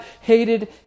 hated